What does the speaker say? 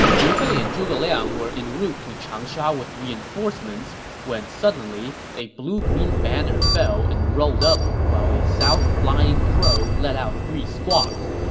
liu bei and zhuge liang were en route to changsha with reinforcements when suddenly a blue-green banner fell and rolled up while a south-flying crow let out three squawks.